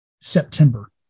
September